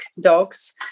dogs